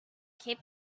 keep